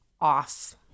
off